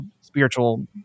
spiritual